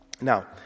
Now